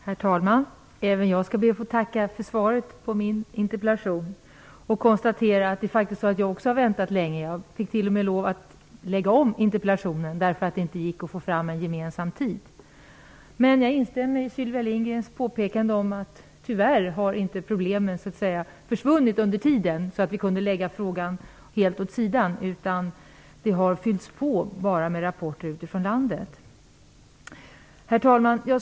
Herr talman! Även jag ber att få tacka för svaret på min interpellation. Jag konstaterar att jag också väntat länge på svar. Jag blev t.o.m. tvungen att åter lägga fram interpellationen. Det gick nämligen inte att åstadkomma en gemensam tidpunkt. Jag instämmer också i Syliva Lindgrens påpekanden att problemen tyvärr inte försvunnit under tiden, så att vi skulle ha kunnat lägga frågan helt åt sidan. Det har i stället fyllts på med rapporter utifrån landet. Herr talman!